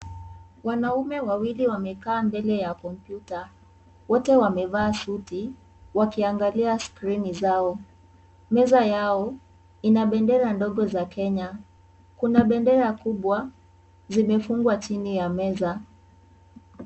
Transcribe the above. Wanaume wawili wamekaa mbele ya komputa wote wamevaa suti wakiangalia skrini zao meza yao ina bendera ndogo za kenya kuna bendera kubwa zimefungwa chini ya meza.